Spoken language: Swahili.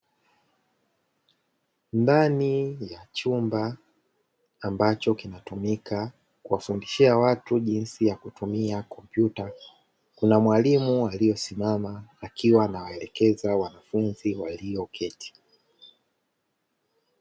Ndani ya chumba ambacho kinatumika kuwafundishia watu jinsi ya kutumia kompyuta, kuna mwalimu aliyesimama akiwa anawaelekeza wanafunzi walioketi.